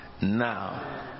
Now